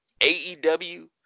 AEW